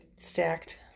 stacked